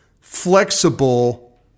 flexible